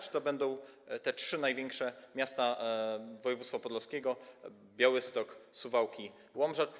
Czy to będą trzy największe miasta województwa podlaskiego: Białystok, Suwałki, Łomża?